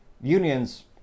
unions